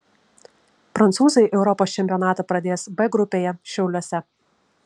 prancūzai europos čempionatą pradės b grupėje šiauliuose